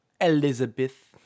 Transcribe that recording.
Elizabeth